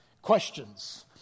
Questions